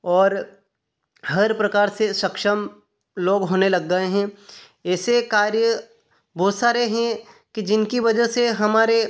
और हर प्रकार से सक्षम लोग होने लग गए हैं ऐसे कार्य बहुत सारे हैं कि जिनकी वजह से हमारे